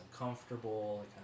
uncomfortable